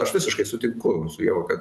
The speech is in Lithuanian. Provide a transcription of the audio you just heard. aš visiškai sutinku su ieva kad